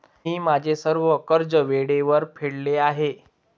मी माझे सर्व कर्ज वेळेवर फेडले आहे